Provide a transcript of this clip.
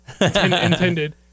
intended